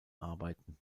arbeiten